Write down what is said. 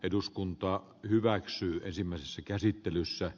eduskunta hyväksyy ensimmäisessä käsittelyssä